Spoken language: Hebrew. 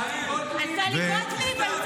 טלי גוטליב?